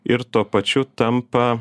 ir tuo pačiu tampa